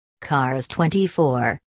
CARS24